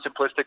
simplistic